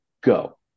Go